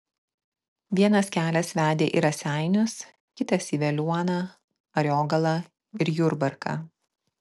vienas kelias vedė į raseinius kitas į veliuoną ariogalą ir jurbarką